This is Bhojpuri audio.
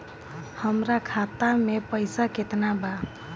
हमरा खाता में पइसा केतना बा?